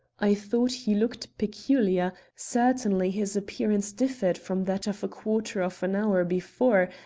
i thought he looked peculiar certainly his appearance differed from that of a quarter of an hour before,